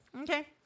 Okay